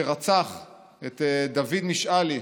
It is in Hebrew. שרצח את דוד משלי,